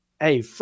Hey